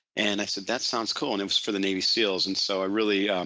and i said that sounds cool and it was for the navy seals and so i really,